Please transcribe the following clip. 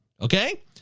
Okay